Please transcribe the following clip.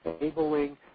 enabling